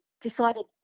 decided